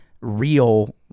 real